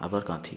আবার কাঁথি